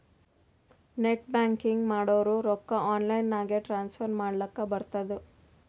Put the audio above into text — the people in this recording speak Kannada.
ನೆಟ್ ಬ್ಯಾಂಕಿಂಗ್ ಮಾಡುರ್ ರೊಕ್ಕಾ ಆನ್ಲೈನ್ ನಾಗೆ ಟ್ರಾನ್ಸ್ಫರ್ ಮಾಡ್ಲಕ್ ಬರ್ತುದ್